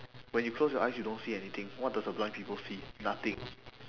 when you close your eyes you don't see anything what does a blind people see nothing